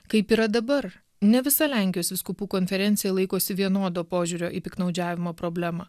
kaip yra dabar ne visa lenkijos vyskupų konferencija laikosi vienodo požiūrio į piktnaudžiavimo problemą